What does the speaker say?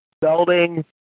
building